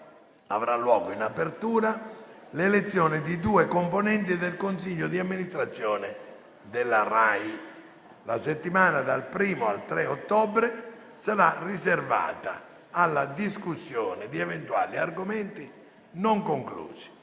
avrà luogo la votazione per l'elezione di due componenti del Consiglio di amministrazione della RAI. La settimana dall'1 al 3 ottobre sarà riservata alla discussione di eventuali argomenti non conclusi.